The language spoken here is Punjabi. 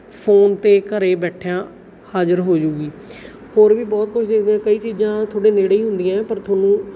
ਫੋਨ 'ਤੇ ਘਰ ਬੈਠਿਆਂ ਹਾਜ਼ਰ ਹੋ ਜਾ ਜੂਗੀ ਹੋਰ ਵੀ ਬਹੁਤ ਕੁਝ ਦੇਖਦੇ ਚੀਜ਼ਾਂ ਤੁਹਾਡੇ ਨੇੜੇ ਹੀ ਹੁੰਦੀਆਂ ਪਰ ਤੁਹਾਨੂੰ